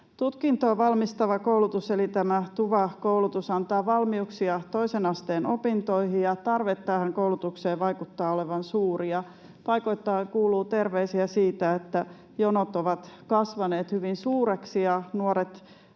Tutkintoon valmistava koulutus eli tämä TUVA-koulutus antaa valmiuksia toisen asteen opintoihin, ja tarve tähän koulutukseen vaikuttaa olevan suuri. Paikoittain kuuluu terveisiä siitä, että jonot ovat kasvaneet hyvin suuriksi ja nuoret,